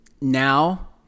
now